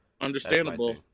Understandable